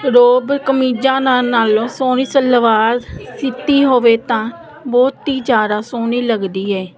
ਰੋਹਬ ਕਮੀਜਾਂ ਨਾਲ ਨਾਲੋ ਸੋਹਣੀ ਸਲਵਾਜ ਸੀਤੀ ਹੋਵੇ ਤਾਂ ਬਹੁਤ ਹੀ ਜ਼ਿਆਦਾ ਸੋਹਣੀ ਲੱਗਦੀ ਹੈ